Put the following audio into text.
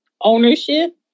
ownership